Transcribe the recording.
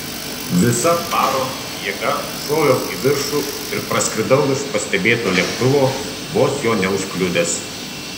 visa baron jėga šoviau į viršų ir praskridau virš pastebėto lėktuvo vos jo neužkliudęs